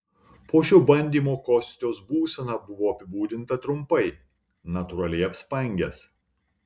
po šio bandymo kostios būsena buvo apibūdinta trumpai natūraliai apspangęs